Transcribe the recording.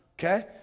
Okay